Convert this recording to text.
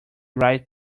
right